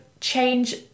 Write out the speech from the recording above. change